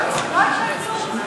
לנו לשחרר, לא יקרה כלום.